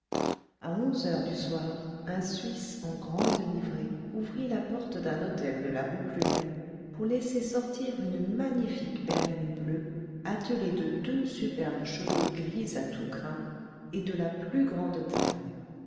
à onze heures du soir un suisse en grande livrée ouvrit la porte d'un hôtel de la rue plumet pour laisser sortir une magnifique berline bleue attelée de deux superbes chevaux gris à tous crins et de la plus grande taille